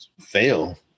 fail